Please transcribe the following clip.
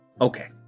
Okay